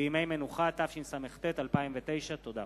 בימי מנוחה), התשס”ט 2009. תודה.